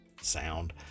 sound